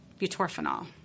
butorphanol